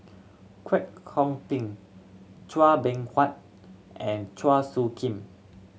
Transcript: Kwek Kong Png Chua Beng Huat and Chua Soo Khim